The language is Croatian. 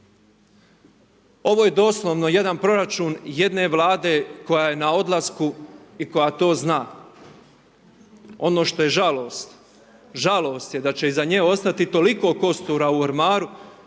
Ovo je doslovno jedan proračun, jedne Vlade koja je na odlasku i koja to zna. Ono što je žalost, žalost je da će iza nje ostati toliko kostura u ormaru,